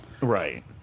Right